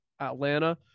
atlanta